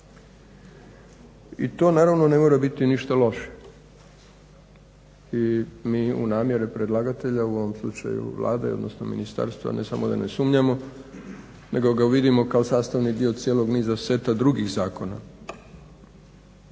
I to naravno ne mora biti ništa loše. I mi u namjeri predlagatelja, u ovom slučaju Vlade, odnosno ministarstva, ne samo da ne sumnjamo, nego ga vidimo kao sastavni dio cijelog niza seta drugih zakona.